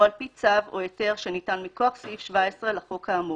או על-פי צו או היתר שניתן מכוח סעיף 17 לחוק האמור,